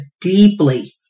deeply